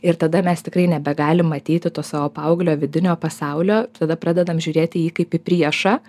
ir tada mes tikrai nebegalim matyti tuos savo paauglio vidinio pasaulio tada pradedam žiūrėti jį kaip į priešą